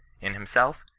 in himself,